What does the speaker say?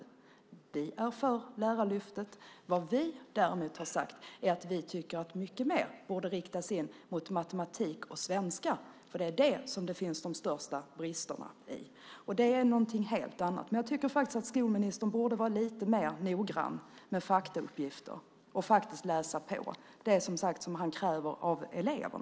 Vi är för Lärarlyftet. Vad vi däremot har sagt är att vi tycker att mycket mer borde riktas in mot matematik och svenska. Det är där de största bristerna finns. Det är något helt annat. Jag tycker att skolministern borde vara lite mer noggrann med faktauppgifter och faktiskt läsa på, det som han, som sagt, kräver av elever.